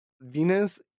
Venus